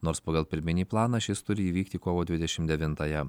nors pagal pirminį planą šis turi įvykti kovo dvidešim devintąją